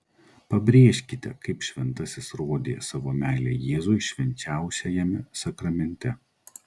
pabrėžkite kaip šventasis rodė savo meilę jėzui švenčiausiajame sakramente